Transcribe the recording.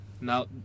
Now